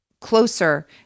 closer